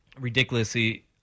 ridiculously